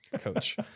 coach